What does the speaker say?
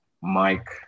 Mike